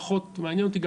פחות מעניין אותי,